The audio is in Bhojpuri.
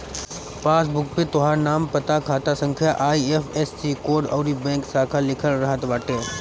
पासबुक पे तोहार नाम, पता, खाता संख्या, आई.एफ.एस.सी कोड अउरी बैंक शाखा लिखल रहत बाटे